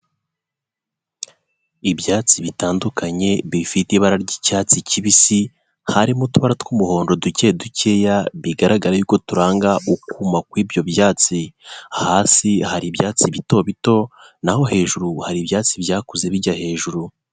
Ibyatsi bitandukanye bifite ibara ry'icyatsi kibisi, harimo uturabara tw'umuhondo duke dukeya, bigaragara yuko turanga ukuma kw'ibyo byatsi, hasi hari ibyatsi bito bito, naho hejuru hari ibyatsi byakuze bijya hejuru.